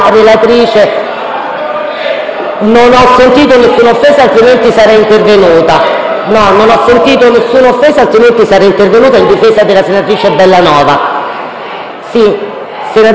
Non ho sentito un'offesa, altrimenti sarei intervenuta in difesa della senatrice Bellanova.